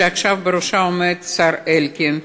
שעכשיו עומד בראשה השר אלקין,